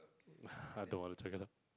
I don't want to check it out